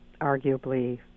arguably